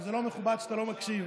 וזה לא מכובד שאתה לא מקשיב.